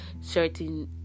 certain